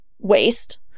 waste